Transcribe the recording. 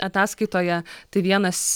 ataskaitoje tai vienas